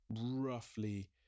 roughly